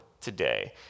today